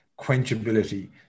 quenchability